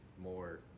more